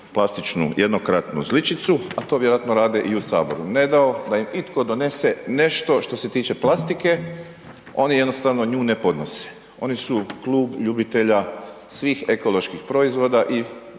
plastičnu jednokratnu žličicu, a to vjerojatno rade i u saboru, ne dao da im itko donese nešto što se tiče plastike, oni jednostavno nju ne podnose, oni su klub ljubitelja svih ekoloških proizvoda i